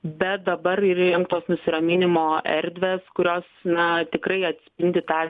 bet dabar įrengtos nusiraminimo erdvės kurios na tikrai atspindi tą